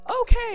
okay